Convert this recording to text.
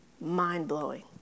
mind-blowing